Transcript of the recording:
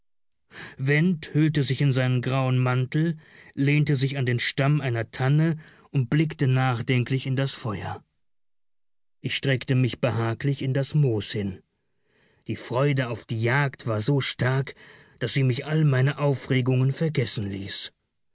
went hüllte sich in seinen grauen mantel lehnte sich an den stamm einer tanne und blickte nachdenklich in das feuer ich streckte mich behaglich in das moos hin die freude auf die jagd war so stark daß sie mich all meine aufregungen vergessen ließ